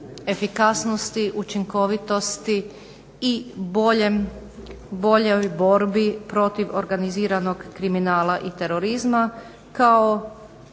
efikasnosti, učinkovitosti i boljoj borbi protiv organiziranog kriminala i terorizma kao